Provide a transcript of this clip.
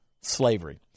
slavery